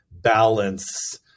balance